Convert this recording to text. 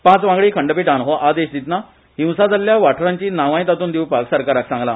पांच वागडी खंडपीठान हो आदेश दितना हिंसा जाल्या वाठारांची नावाय तांतून दिवपाक सरकाराक सांगला